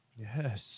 Yes